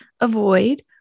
avoid